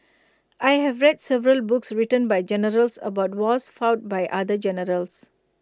I have read several books written by generals about wars fought by other generals